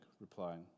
replied